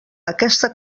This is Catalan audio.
aquesta